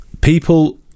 people